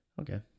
Okay